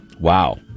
Wow